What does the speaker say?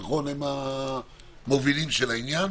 נכון, הם המובילים של העניין?